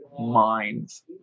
minds